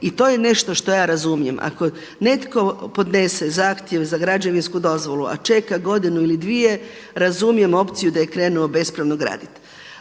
I to je nešto što ja razumijem, ako netko podnese zahtjev za građevinsku dozvolu a čeka godinu ili dvije razumijem opciju da je krenuo bespravno graditi.